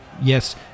Yes